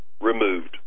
removed